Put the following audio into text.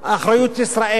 אחריות ישראל.